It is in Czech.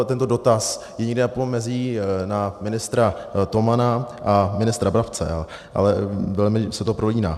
Tento dotaz je na pomezí na ministra Tomana a ministra Brabce, ale velmi se to prolíná.